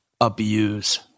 abuse